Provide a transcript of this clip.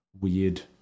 weird